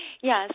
Yes